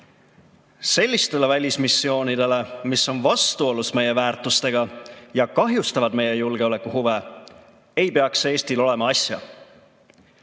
Sellistele välismissioonidele, mis on vastuolus meie väärtustega ja kahjustavad meie julgeolekuhuve, ei peaks Eestil asja